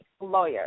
lawyer